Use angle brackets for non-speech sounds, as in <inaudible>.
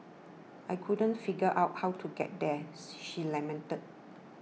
I couldn't figure out how to get there <noise> she lamented